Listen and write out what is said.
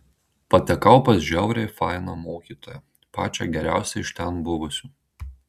patekau pas žiauriai fainą mokytoją pačią geriausią iš ten buvusių